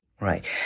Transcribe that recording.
Right